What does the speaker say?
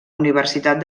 universitat